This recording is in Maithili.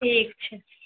ठीकछै